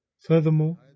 Furthermore